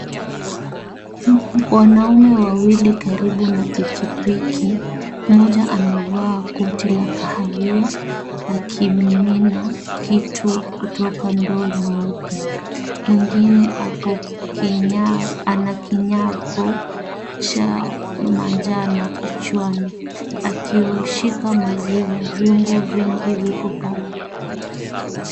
Wanaume wawili karibu na pikipiki, mmoja amevaa koti la kahawia akimimina kitu kutoka ndoo nyeupe. Mwingine ako ana kiyago cha manjano kichwani akiushika maziwa. Vyombo vingi viko pale.